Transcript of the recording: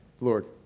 Lord